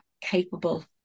capable